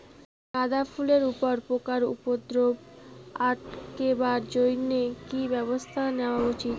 গাঁদা ফুলের উপরে পোকার উপদ্রব আটকেবার জইন্যে কি ব্যবস্থা নেওয়া উচিৎ?